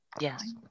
Yes